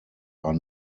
are